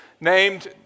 named